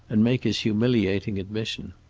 and make his humiliating admission.